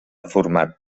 format